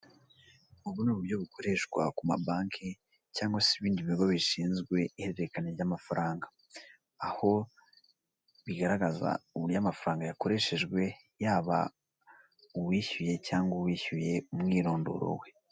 Ubu ni uburyo bukoreshwa ku ma banke cyangwa se ibindi bigo bishinzwe ihererekanya ry'amafaranga. Aho bigaragaza uburyo amafaranga yakoreshejwe, yaba uwishyuye cyangwa uwishyuye umwirondoro we.